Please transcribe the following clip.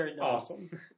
awesome